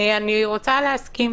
אני רוצה להסכים